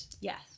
Yes